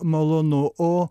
malonu o